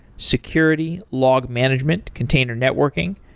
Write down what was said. security, log management, container networking,